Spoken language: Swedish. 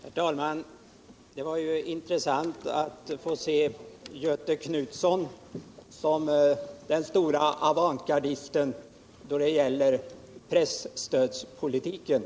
Herr talman! Det var intressant att få se Göthe Knutson som den store avantgardisten när det gäller presstödspolitiken.